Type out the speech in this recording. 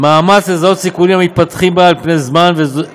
מאמץ לזהות סיכונים המתפתחים בה על פני זמן ואת